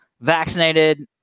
vaccinated